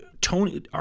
Tony